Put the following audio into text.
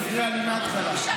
היא הפריעה לי מהתחלה.